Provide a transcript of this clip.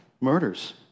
murders